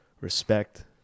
respect